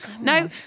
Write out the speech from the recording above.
No